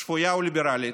שפויה וליברלית,